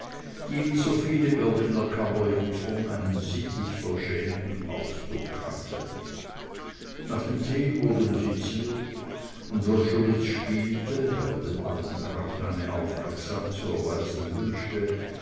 die wie so viele berliner kammerjungfern einen sittig verschämten ausdruck hatte nach dem tee wurde musiziert und wrschowitz spielte weil er dem alten grafen eine aufmerksamkeit zu erweisen wünschte